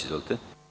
Izvolite.